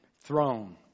throne